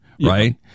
Right